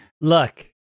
Look